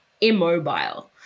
immobile